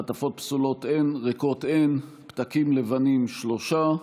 מעטפות פסולות, אין, ריקות, אין, פתקים לבנים, 3,